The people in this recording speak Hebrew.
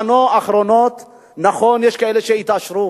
נכון שיש כאלה שהתעשרו